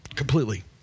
completely